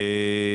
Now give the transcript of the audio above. נמצא.